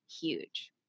huge